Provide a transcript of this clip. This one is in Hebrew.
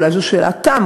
אולי זו שאלת תם,